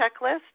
checklist